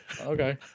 Okay